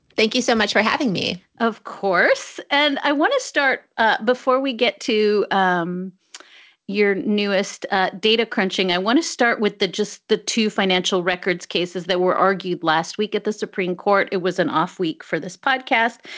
thank you so much for having me. of course. and i want to start ah before we get to um your newest data crunching. i want to start with the just the two financial records cases that were argued last week at the supreme court. it was an off week for this podcast.